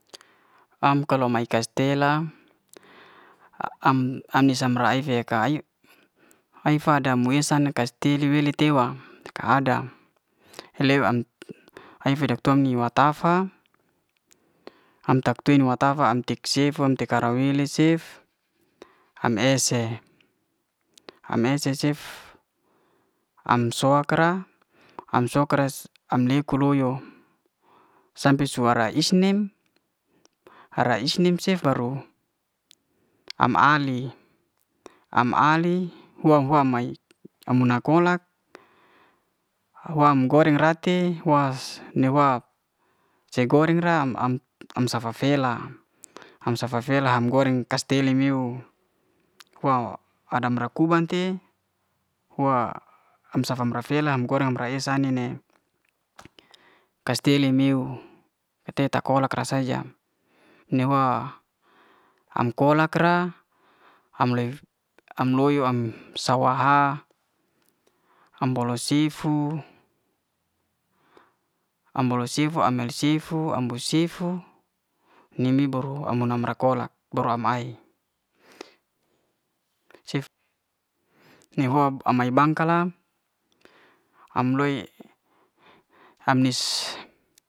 Am kalau mae kastela am an rise ma ifi ya kaik ai fada mue esa kastili weli tewa ka ada he lewa am hae fida tuang nyi wa tafa an tak toi ni wak'ta fa am tek siefu te ka'ra wii'li cef am ese. am ese cef am so'ak kra am sok'kres am leku'loyo sampe suara es nem ara es nem cef baru am ali, am ali huaw hua mae am muna kolak hu'wam goreng rati huwa newak se goreng ra am am safa fela. am safa fela am goreng kastele miuw wa adam ra kuban te, hua am safa ra fela la goreng am ra esa ni ne kastele miuw te ta kolak ra saja ni huwa am kolak ra am loyo am sawa'ha am bo'loh sifu, am bo'loh sifu, am el sifu, am ambo sifu, mi'mi baru ambo'ra kolak baru am ae, cef ne hua ame ma bangka la am loi am nis.